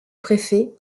préfet